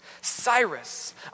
Cyrus